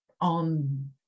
on